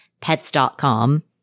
pets.com